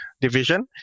division